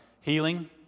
healing